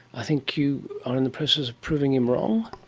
i think you are in the process of proving him wrong?